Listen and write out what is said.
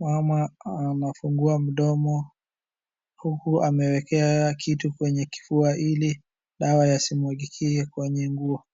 mama anafungua mdomo huku amewekewa kitu kwenye kifua ili dawa yasimwagike kwenye nguo